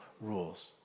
rules